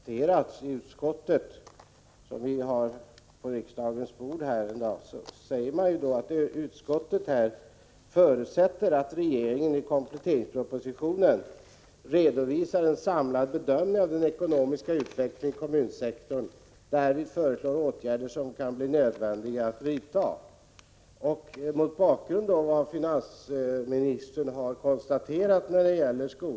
Herr talman! Man kan titta hur det förslag som ligger på riksdagens bord har hanterats i utskottet. Utskottet förutsätter nämligen att regeringen i kompletteringspropositionen redovisar en samlad bedömning av den ekonomiska utvecklingen i kommunsektorn, där man föreslår åtgärder som kan bli nödvändiga att vidta. Mot bakgrund av vad finansministern har konstaterat när det gäller Prot.